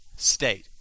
state